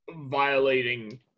violating